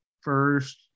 first